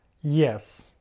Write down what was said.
Yes